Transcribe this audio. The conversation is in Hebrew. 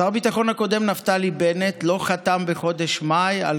שר הביטחון הקודם נפתלי בנט לא חתם בחודש מאי על